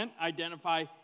identify